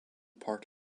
part